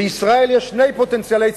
לישראל יש שני פוטנציאלי צמיחה.